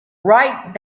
right